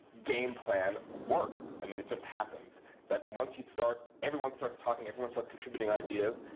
game plan works. i mean, it just happens that once you start, everyone starts talking, everyone starts contributing ideas.